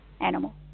animal